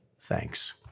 thanks